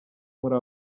muri